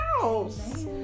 house